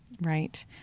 Right